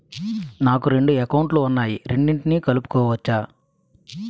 నాకు రెండు అకౌంట్ లు ఉన్నాయి రెండిటినీ కలుపుకోవచ్చా?